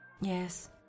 Yes